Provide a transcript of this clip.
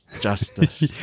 justice